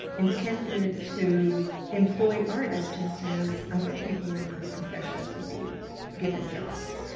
intended to employ artists, just as other people in other professions would be given jobs.